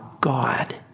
God